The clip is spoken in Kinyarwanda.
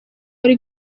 ari